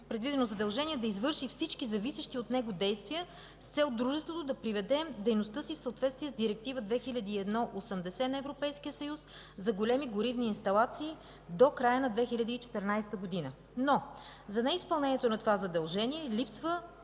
предвидено задължение да извърши всички зависещи от него действия с цел дружеството да приведе дейността си в съответствие с Директива 2001/80 на Европейския съюз за големи горивни инсталации до края на 2014 г. Но за неизпълнението на това задължение липсва